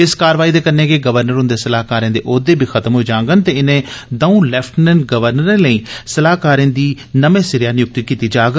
इस कार्रवाई दे कन्नै गै गवर्नर हुंदे सलाहकाररें दे औह्दे बी खत्म होई जांडन ते इनें दर्ऊ लेफिटनेंट गवर्नरें लेई सलाहकारें दी नमें सिरेआ नियुक्ति कीती जाग